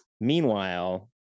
meanwhile